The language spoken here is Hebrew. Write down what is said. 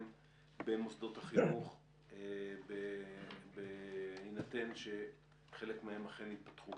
במוסדות החינוך בהינתן שחלק מהם אכן ייפתחו.